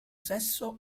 sesso